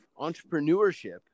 entrepreneurship